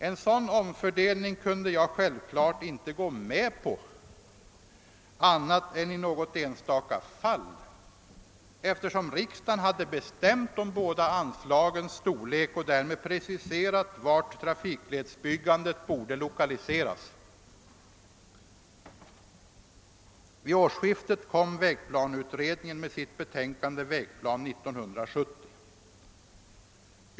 En sådan omfördelning kunde jag självfallet inte gå med på annat än i något enstaka fall, eftersom riksdagen har bestämt de båda anslagens storlek och därmed preciserat vart trafikledsbyggandet borde lokaliseras. Som alla vet kom vid årsskiftet vägplaneutredningen med sitt betänkande, Vägplan 1970.